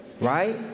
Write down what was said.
Right